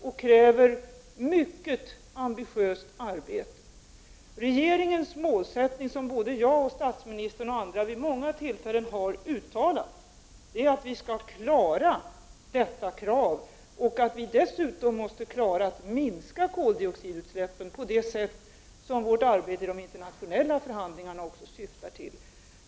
Det kräver mycket ambitiöst arbete. Regeringens målsättning — som jag, statsministern och andra vid många olika tillfällen har uttalat — är att vi skall klara detta krav och att vi dessutom måste klara att minska koldioxidutsläppen på det sätt som vårt arbete i de internationella förhandlingarna syftar till.